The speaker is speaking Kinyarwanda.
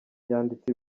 yanditse